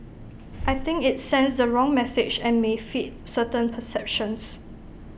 I think IT sends the wrong message and may feed certain perceptions